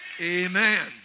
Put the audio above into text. Amen